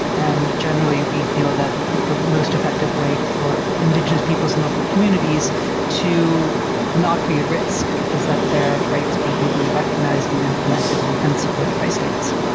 and generally we feel that the most effective way for indigenous peoples and local communities to not be at risk is that their rights be legally recognised and implemented and and supported by states.